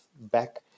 back